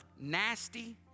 nasty